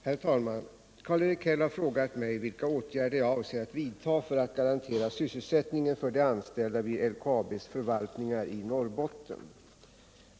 Herr talman! Karl-Erik Häll har frågat mig vilka åtgärder jag avser att vidta för att garantera sysselsättningen för de anställda vid LKAB:s förvaltningar i Norrbotten.